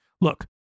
Look